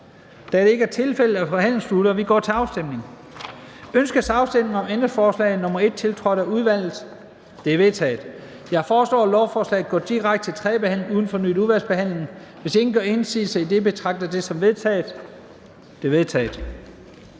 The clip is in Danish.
Afstemning Første næstformand (Leif Lahn Jensen): Ønskes afstemning om ændringsforslag nr. 1, tiltrådt af udvalget? Det er vedtaget. Jeg foreslår, at lovforslaget går direkte til tredje behandling uden fornyet udvalgsbehandling. Hvis ingen gør indsigelse, betragter jeg det som vedtaget. Det er vedtaget.